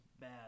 bad